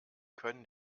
können